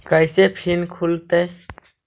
कैसे फिन खुल तय?